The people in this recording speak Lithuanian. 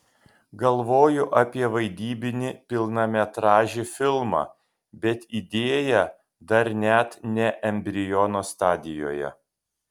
galvoju apie vaidybinį pilnametražį filmą bet idėja dar net ne embriono stadijoje